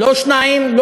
לא שניים,